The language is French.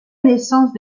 naissance